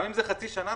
גם אם זאת חצי שנה,